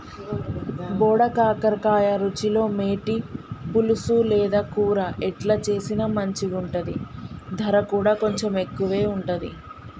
బోడ కాకర రుచిలో మేటి, పులుసు లేదా కూర ఎట్లా చేసిన మంచిగుంటది, దర కూడా కొంచెం ఎక్కువే ఉంటది